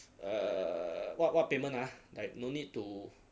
err what what payment ah like no need to